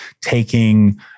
taking